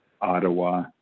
ottawa